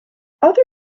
other